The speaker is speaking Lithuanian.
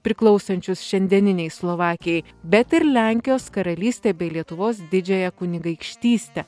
priklausančius šiandieninei slovakijai bet ir lenkijos karalystę bei lietuvos didžiąją kunigaikštystę